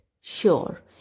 Sure